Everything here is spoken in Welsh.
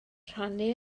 rhannu